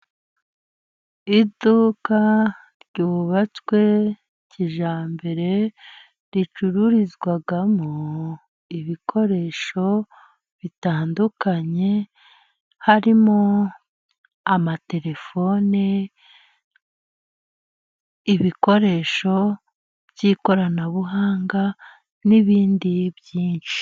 Iduka ryubatswe kijyambere, ricururizwamo ibikoresho bitandukanye harimo amaterefone, ibikoresho by'ikoranabuhanga, n'ibindi byinshi.